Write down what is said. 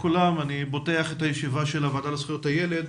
אני פותח את הישיבה של הוועדה לזכויות הילד,